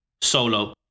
solo